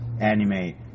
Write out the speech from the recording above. animate